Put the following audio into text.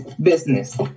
business